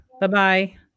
Bye-bye